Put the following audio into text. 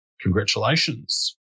Congratulations